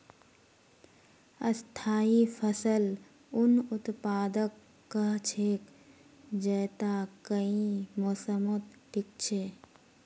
स्थाई फसल उन उत्पादकक कह छेक जैता कई मौसमत टिक छ